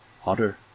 hotter